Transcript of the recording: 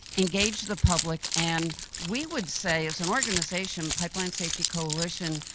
engage the public and we would say as an organization pipeline safety coalition,